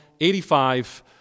85